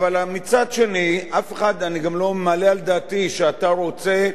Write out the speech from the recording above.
אני גם לא מעלה על דעתי שאתה רוצה להגביל את חופש הביטוי.